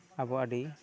ᱟᱵᱚ ᱟᱹᱰᱤ